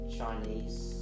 Chinese